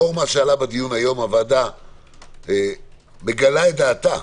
לאור מה שעלה בדיון היום הוועדה מגלה את דעתה,